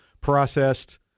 processed